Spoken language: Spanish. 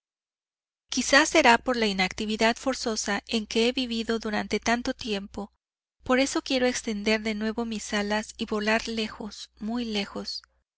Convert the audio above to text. quizá será por la inactividad forzosa en que he vivido durante tanto tiempo por eso quiero extender de nuevo mis alas y volar lejos muy lejos